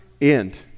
end